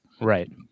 Right